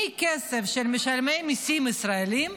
מהכסף של משלמי המיסים הישראלים,